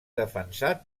defensat